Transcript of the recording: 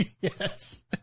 Yes